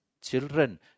children